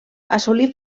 assolí